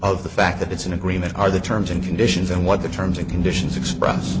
of the fact that it's an agreement are the terms and conditions and what the terms and conditions express